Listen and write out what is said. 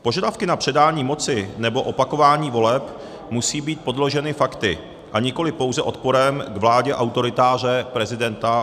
Požadavky na předání moci nebo opakování voleb musí být podloženy fakty, a nikoliv pouze odporem k vládě autoritáře prezidenta Lukašenka.